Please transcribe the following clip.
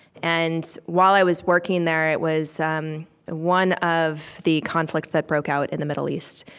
and while i was working there, it was um one of the conflicts that broke out in the middle east.